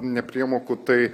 nepriemokų tai